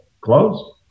close